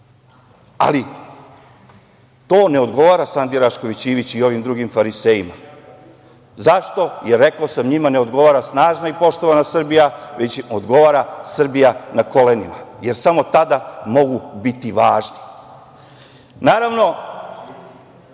Ali, to ne odgovara Sandi Rašković Ivić i ovim drugim farisejima. Zašto? Rekao sam njima ne odgovara snažna i poštovana Srbija, već im odgovara Srbija na kolenima, jer samo tada mogu biti važni. Naravno,